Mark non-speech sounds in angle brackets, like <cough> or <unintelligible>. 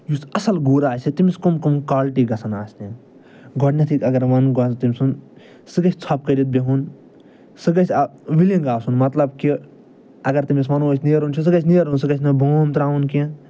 یُس اَصٕل گُر آسہِ تٔمِس کِم کِم کالٹی گژھَن آسنہِ گۄڈٕنٮ۪تھٕے اَگر <unintelligible> گوٚو آز تٔمۍ سُنٛد سُہ گژھِ ژۄپہٕ کٔرِتھ بِہُن سُہ گژھِ <unintelligible> وِلِنٛگ آسُن مطلب کہِ اَگر تٔمِس وَنو أسۍ نیرُن چھِ سُہ گژھِ نیرُن سُہ گژھِ نہٕ بوم ترٛاوُن کیٚنٛہہ